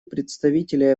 представителя